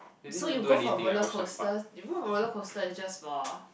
so you go for rollercoaster you know rollercoaster is just for